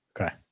Okay